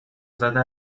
زده